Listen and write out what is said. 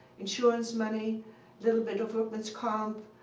insurance money little bit of workman's comp,